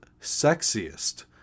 sexiest